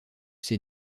ces